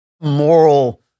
moral